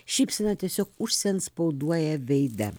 šypseną tiesiog užsiantspauduoja veide